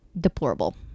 deplorable